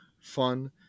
fun